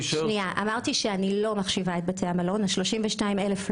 אמרתי שאני לא כוללת את בתי המלון בכמות המועסקים.